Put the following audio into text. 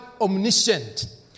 omniscient